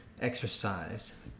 exercise